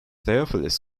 theophilus